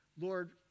Lord